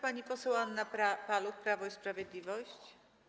Pani poseł Anna Paluch, Prawo i Sprawiedliwość.